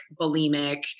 bulimic